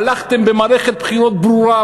הלכתם במערכת בחירות ברורה.